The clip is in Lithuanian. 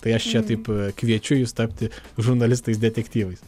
tai aš čia taip kviečiu jus tapti žurnalistais detektyvais